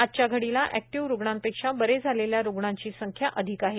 आजच्या घडीला ऍक्टिव्ह रुग्णांपेक्षा बरे झालेल्या रुग्णांची संख्या अधिक आहे